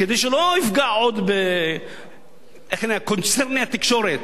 כדי שהוא לא יפגע עוד בקונצרני התקשורת.